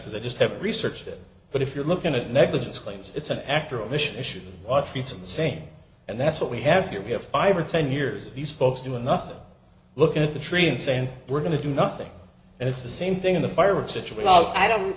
sessions i just have researched it but if you're looking at negligence claims it's an actor omission issue what feats of the same and that's what we have here we have five or ten years these folks doing nothing look at the tree and saying we're going to do nothing and it's the same thing in the